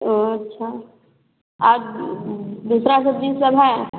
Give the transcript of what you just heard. ओ अच्छा आज दूसरा सब्जी सब है